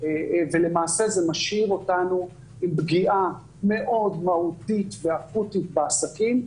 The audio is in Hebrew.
ולמעשה זה משאיר אותנו עם פגיעה מאוד מהותית ואקוטית בעסקים,